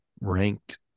ranked